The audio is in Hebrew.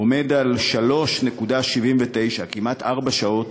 עומד על 3.79, כמעט ארבע שעות,